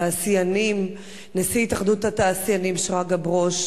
תעשיינים, נשיא התאחדות התעשיינים שרגא ברוש,